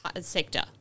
sector